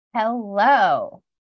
Hello